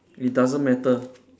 it doesn't matter